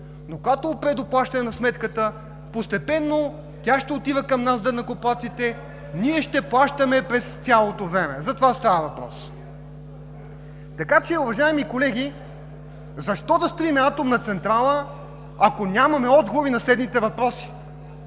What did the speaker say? но когато опре до плащане на сметката, постепенно тя ще отива към нас, данъкоплатците, ние ще плащаме през цялото време. За това става въпрос. Уважаеми колеги, защо да строим атомна централа, ако нямаме отговор на следните въпроси,